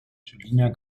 julina